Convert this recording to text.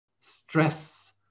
stress